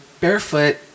barefoot